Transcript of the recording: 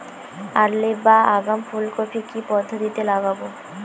Early বা আগাম ফুল কপি কি পদ্ধতিতে লাগাবো?